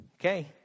Okay